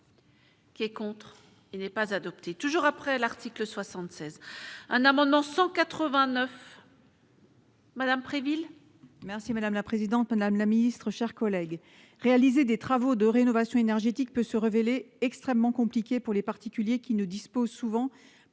Qui est contre, il n'est pas adopté toujours après l'article 76 un amendement 189. Madame Préville. Merci madame la présidente, madame la ministre, chers collègues, réaliser des travaux de rénovation énergétique peut se révéler extrêmement compliqué pour les particuliers qui ne disposent souvent